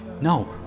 No